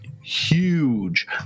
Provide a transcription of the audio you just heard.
huge